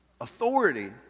Authority